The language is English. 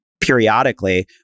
periodically